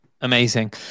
Amazing